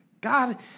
God